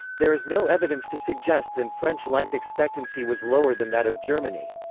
there is no evidence to suggest than french life expectancy was lower than that of germany.